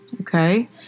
Okay